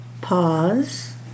Pause